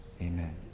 amen